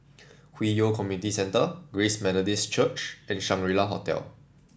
Hwi Yoh Community Centre Grace Methodist Church and Shangri La Hotel